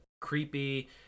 creepy